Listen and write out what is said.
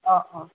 অঁ অঁ